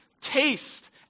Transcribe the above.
Taste